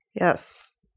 Yes